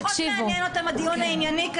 פחות מדבר אליהם הדיון הענייני.